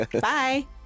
Bye